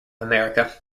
america